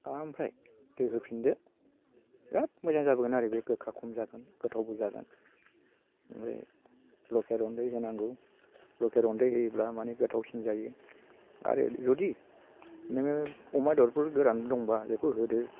ओमफ्राय दै होफिनदो बिराद मोजां जागोन आरो बे गोखा खम जागोन गोथावबो जागोन लकेल रन्दै होनांगौ लकेल रन्दै होयोब्ला माने गोथावसिन जायो आरो जुदि नोङो अमा बेदरफोर गोरान दङब्ला बेखौ होदो